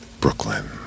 Brooklyn